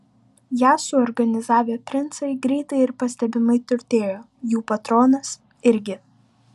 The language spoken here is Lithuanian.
ją suorganizavę princai greitai ir pastebimai turtėjo jų patronas irgi